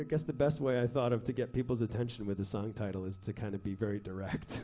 it gets the best way i thought of to get people's attention with the song title is to kind of be very direct